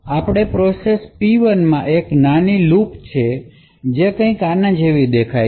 હવે process P 1 માં એક નાની લૂપ છે જે કંઈક આના જેવી દેખાય છે